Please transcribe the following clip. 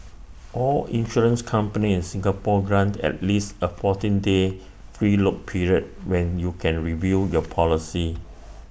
all insurance companies Singapore grant at least A fourteen day free look period where you can review your policy